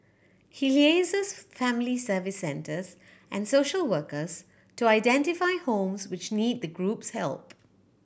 he liaises with family Service Centres and social workers to identify homes which need the group's help